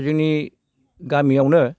जोंनि गामियावनो